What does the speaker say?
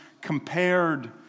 compared